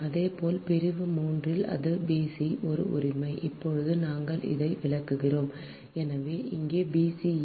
இதேபோல் பிரிவு 3 இல் அது b c ஒரு உரிமை இப்போது நாங்கள் இதை விளக்குகிறோம் எனவே இங்கே b c a